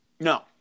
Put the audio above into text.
No